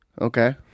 Okay